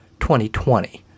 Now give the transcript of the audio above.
2020